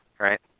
right